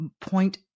point